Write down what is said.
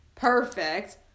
perfect